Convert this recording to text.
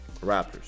Raptors